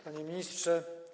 Panie Ministrze!